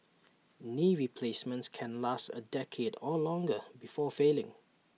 knee replacements can last A decade or longer before failing